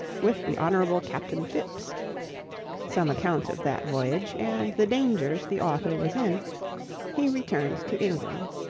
with the hon. capt. and phipps some account of that voyage, and the dangers the author was in he returns to england.